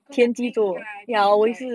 because I think ya I think it's like